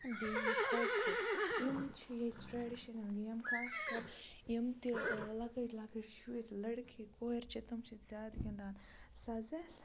بیٚیہِ کھو کھو یِم چھِ ییٚتہِ ٹرٛیڈِشنَل گیم خاص کَر یِم تہِ لۄکٕٹۍ لۄکٕٹۍ شُرۍ لٔڑکی کورِ چھِ تِم چھِ زیادٕ گِنٛدان سَزَس